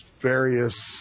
various